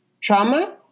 trauma